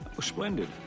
Splendid